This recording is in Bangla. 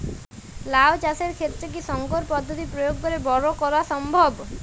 লাও চাষের ক্ষেত্রে কি সংকর পদ্ধতি প্রয়োগ করে বরো করা সম্ভব?